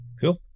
cool